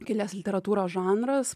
kilęs literatūros žanras